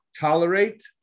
tolerate